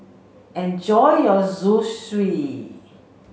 enjoy your Zosui